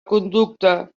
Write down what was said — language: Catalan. conducta